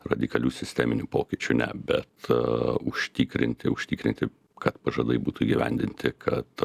radikalių sisteminių pokyčių ne bet užtikrinti užtikrinti kad pažadai būtų įgyvendinti kad